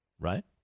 right